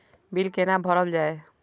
Bill कैना भरल जाय?